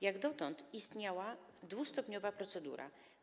Jak dotąd istniała dwustopniowa procedura.